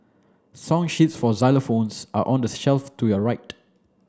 song sheets for xylophones are on the shelf to your right